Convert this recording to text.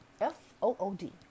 F-O-O-D